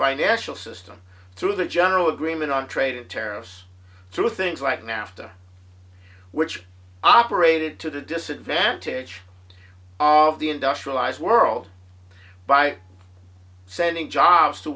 financial system through the general agreement on trade and tariffs through things like nafta which operated to the disadvantage of the industrialized world by sending jobs to